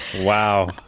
wow